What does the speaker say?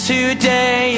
Today